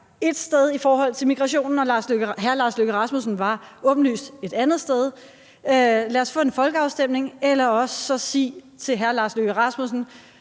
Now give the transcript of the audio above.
ét sted i forhold til migrationen, og hr. Lars Løkke Rasmussen var åbenlyst et andet sted – eller sige til hr. Lars Løkke Rasmussen,